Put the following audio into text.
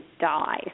die